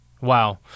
Wow